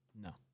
No